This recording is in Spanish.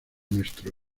nuestro